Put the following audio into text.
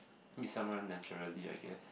meet someone naturally I guess